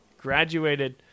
graduated